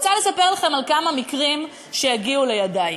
אני רוצה לספר לכם על כמה מקרים שהגיעו לידי,